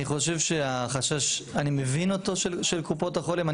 אני חושב שאני מבין את החשש של קופות החולים,